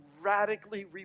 radically